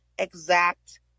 exact